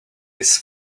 his